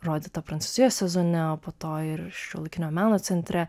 rodyta prancūzijoje sezone o po to ir šiuolaikinio meno centre